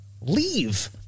leave